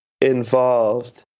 involved